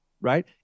right